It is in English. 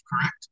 correct